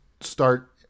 start